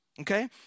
okay